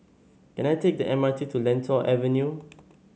can I take the M R T to Lentor Avenue